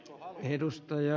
herra puhemies